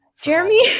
jeremy